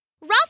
Ruff